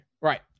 Right